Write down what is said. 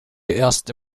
erste